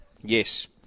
Yes